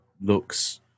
looks